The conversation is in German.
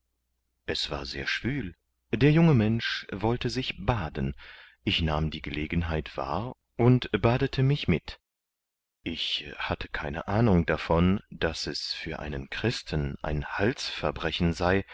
es war sehr schwül der junge mensch wollte sich baden ich nahm die gelegenheit wahr und badete mich mit ich hatte keine ahnung davon daß es für einen christen ein halsverbrechen sei